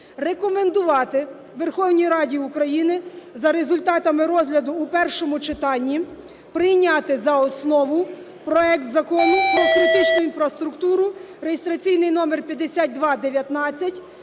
рекомендувати Верховній Раді України за результатами розгляду в першому читанні прийняти за основу проект Закону про критичну інфраструктуру (реєстраційний номер 5219),